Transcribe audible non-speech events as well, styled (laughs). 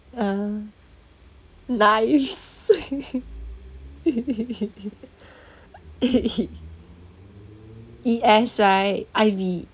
uh nice (laughs) E_S right I_V